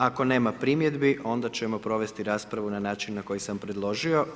Ako nema primjedbi onda ćemo provesti raspravu na način na koji sam predložio.